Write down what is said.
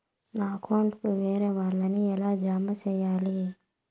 నా అకౌంట్ కు వేరే వాళ్ళ ని ఎలా జామ సేయాలి?